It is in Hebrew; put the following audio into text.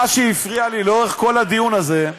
מה שהפריע לי לאורך כל הדיון הזה,